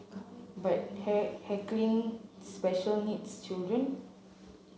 but heckling special needs children